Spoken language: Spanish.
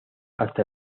hasta